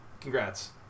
Congrats